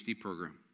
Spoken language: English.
program